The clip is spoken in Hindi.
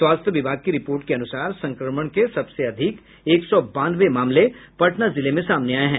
स्वास्थ्य विभाग की रिपोर्ट के अनुसार संक्रमण के सबसे अधिक एक सौ बानवे मामले पटना जिले में सामने आये हैं